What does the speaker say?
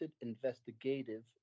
investigative